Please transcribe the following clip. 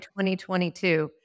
2022